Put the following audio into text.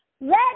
Let